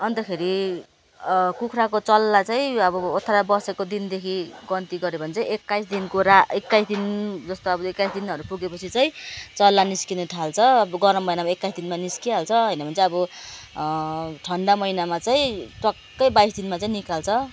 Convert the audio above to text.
अन्तखेरि कुखुराको चल्ला चाहिँ अब ओथ्रा बसेको दिनदेखि गन्ती गऱ्यो भने चाहिँ एक्काइस दिनको र एक्काइस दिन जस्तो अब एक्काइस दिनहरू पुगे पछि चाहिँ चल्ला निस्कन थाल्छ अब गरम महिनामा एक्काइस दिनमा निस्किहाल्छ होइन भने चाहिँ अब ठन्डा महिनामा चाहिँ टक्क बाइस दिनमा चाहिँ निकाल्छ